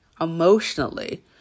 emotionally